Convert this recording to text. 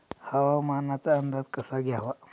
हवामानाचा अंदाज कसा घ्यावा?